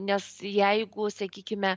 nes jeigu sakykime